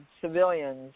civilians